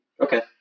Okay